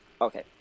Okay